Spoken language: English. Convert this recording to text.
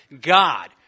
God